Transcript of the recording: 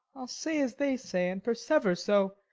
i'll say as they say, and persever so,